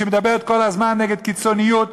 שמדברת כל הזמן נגד קיצוניות,